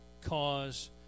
cause